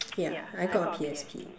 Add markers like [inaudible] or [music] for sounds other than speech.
[noise] yeah I got a P_S_P